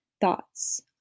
thoughts